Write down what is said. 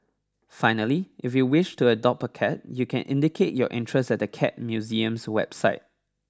finally if you wish to adopt a cat you can indicate your interest at the Cat Museum's website